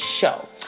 show